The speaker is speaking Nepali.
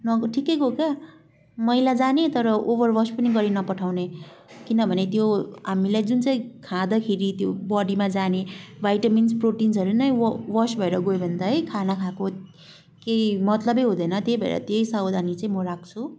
नग ठिकैको क्या मैला जाने तर ओभर वास् पनि गरी नपठाउने किनभने त्यो हामीलाई जुन चाहिँ खाँदाखेेरि त्यो बडीमा जाने भाइटामिन्स प्रोटिन्सहरू नै व वास् भएर गयो भने त है खाना खाएको केही मतलबै हुँदैन त्यही भएर त्यही सावधानी चाहिँ म राख्छु